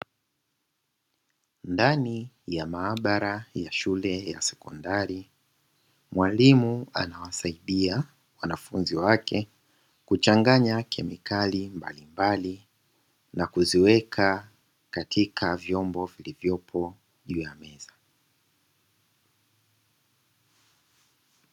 Ndani ya maabara ya shule ya sekondari mwalimu anawasaidia wanafunzi wake kuchanganya kemikali mbalimbali na kuziweka katika vyombo vilivyoko juu ya meza.